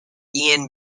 ian